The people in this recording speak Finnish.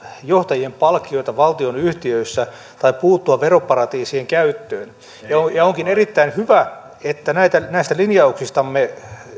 johtajien palkkioita valtionyhtiöissä tai puuttua veroparatiisien käyttöön onkin erittäin hyvä että näistä lin jauksistamme